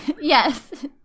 Yes